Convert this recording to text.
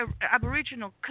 aboriginal